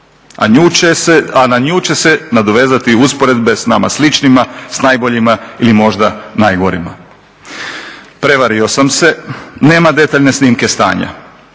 a na nju će se nadovezati usporedbe s nama sličnima, s najboljima ili možda najgorima. Prevario sam se, nema detaljne snimke stanja.